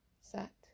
sat